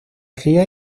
ría